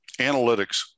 Analytics